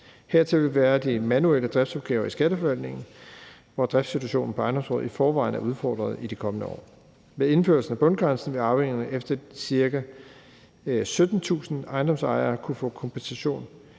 Hertil vil være de manuelle driftsopgaver i Skatteforvaltningen, hvor driftsituationen på ejendomsområdet i forvejen er udfordret i de kommende år. Med indførelsen af bundgrænsen vil arvingerne efter ca. 17.000 ejendomsejere kunne få kompensation.